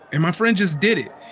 and my friend just did it.